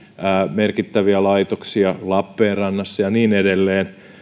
merkittäviä laitoksia lappeenrannassa ja niin edelleen